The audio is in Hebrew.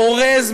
אורז,